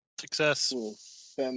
Success